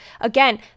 again